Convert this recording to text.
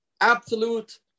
absolute